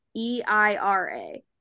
e-i-r-a